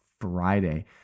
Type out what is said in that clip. Friday